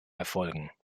erfolgen